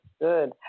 good